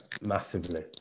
massively